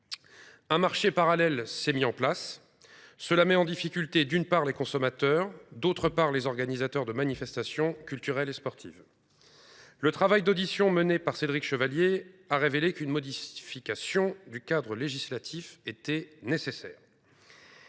Un marché parallèle s’est mis en place. Cela met en difficulté, d’une part, les consommateurs et, d’autre part, les organisateurs de manifestations culturelles et sportives. Les auditions menées par Cédric Chevalier ont révélé qu’une modification du cadre législatif était nécessaire,